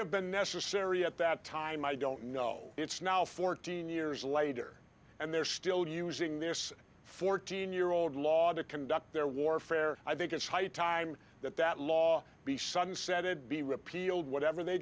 have been necessary at that time i don't know it's now fourteen years later and they're still using their fourteen year old law to conduct their warfare i think it's high time that that law be sunset and be repealed whatever they